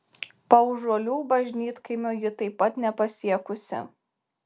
paužuolių bažnytkaimio ji taip pat nepasiekusi